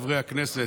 הכנסת,